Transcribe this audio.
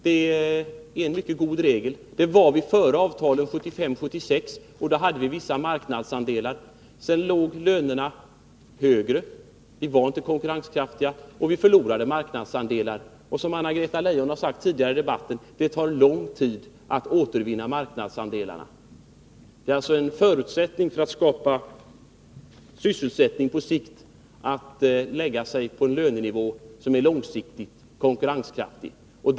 Det är en mycket god regel som gällde före avtalen 1975-1976. Lönenivån var då anpassad till vår konkurrenskraft. Därefter höjdes lönerna så att vi inte längre var konkurrenskraftiga, och vi förlorade marknadsandelar. Det tar också, som Anna-Greta Leijon sade tidigare i debatten, lång tid att återvinna förlorade marknadsandelar. En förutsättning för att på sikt kunna skapa sysselsättning är att hålla en konkurrenskraftig lönenivå.